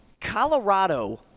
Colorado